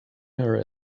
her